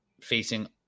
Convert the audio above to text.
facing